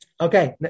Okay